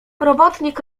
robotnik